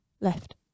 Left